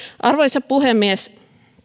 arvoisa puhemies